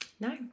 No